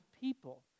people